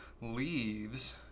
leaves